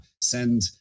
send